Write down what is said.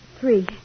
three